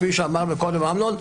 כפי שאמר קודם אמנון,